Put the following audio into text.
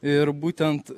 ir būtent